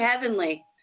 heavenly